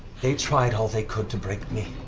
they tried all they could to break me,